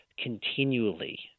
continually